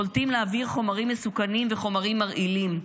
פולטים לאוויר חומרים מסוכנים וחומרים מרעילים.